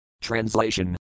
Translation